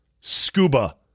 scuba